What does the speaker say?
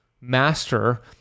master